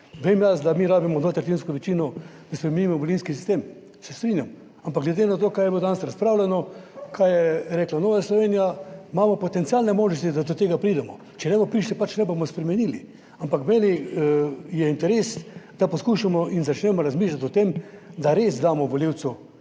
Vem jaz, da mi rabimo dvotretjinsko večino, da spremenimo volilni sistem, se strinjam, ampak glede na to, kaj je bilo danes razpravljano, kaj je rekla Nova Slovenija, imamo potencialne možnosti, da do tega pridemo. Če ne bomo prišli, pač ne bomo spremenili, ampak meni je interes, da poskušamo in začnemo razmišljati o tem, da res damo volivcu